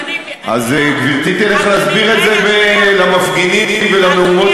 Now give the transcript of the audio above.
אז גברתי תלך להסביר את זה למפגינים ולמהומות